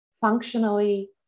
functionally